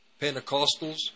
Pentecostals